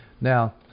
Now